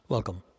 Welcome